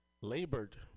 labored